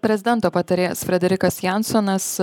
prezidento patarėjas frederikas jansonas